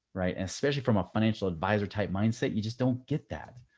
right? and especially from a financial advisor type mindset, you just don't get that.